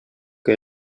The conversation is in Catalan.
que